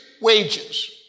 wages